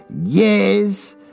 Yes